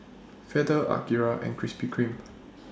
Feather Akira and Krispy Kreme